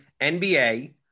NBA